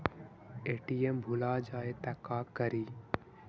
ATM भुला जाये त का करि?